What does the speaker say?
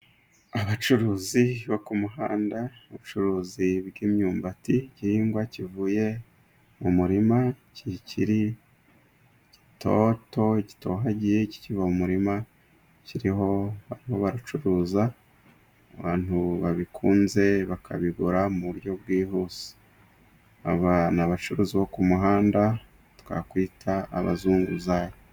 Abacuruzi bo ku muhanda. Ubucuruzi bw'imyumbati, igihingwa kivuye mu murima kikiri gitoto ,gitohagiye kikiva mu murima barimo baracuruza. Abantu babikunze bakabigura mu buryo bwihuse. Aba ni abacuruzi bo ku muhanda abo twakwita abazunguzayi.